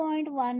11 ಎ100